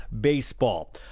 baseball